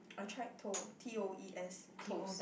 I tried toe T O E S toes